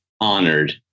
honored